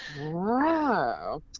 Wow